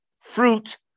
fruit